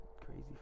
crazy